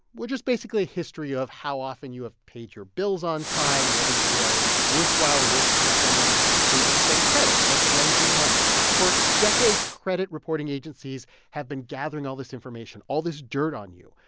which is basically a history of how often you have paid your bills on time, whether you are a worthwhile risk for someone to extend credit or to lend you money. for decades, credit reporting agencies have been gathering all this information, all this dirt on you.